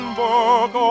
book